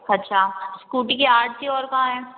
अच्छा स्कूटी की R C और कहाँ है